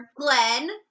Glenn